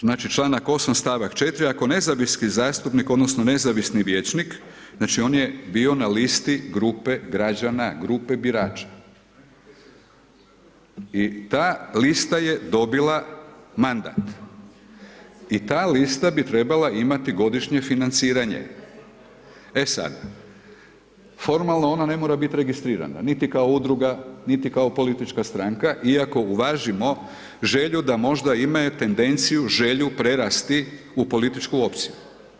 Znači članak 8. stavak 4. ako nezavisni zastupnik odnosno nezavisni vijećnik znači on je bio na listi grupe građana, grupe birača i ta lista je dobila mandat i ta lista bi trebala imati godišnje financiranje, e sad, formalno ona ne morat bit registrirana niti kao udruga, niti kao politička stranaka i ako uvažimo želju da možda imaju tendenciju, želju prerasti u političku opciju.